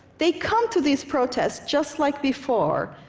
they come to these protests, just like before,